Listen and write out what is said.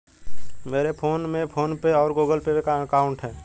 मेरे फोन में PhonePe और गूगल पे का अकाउंट है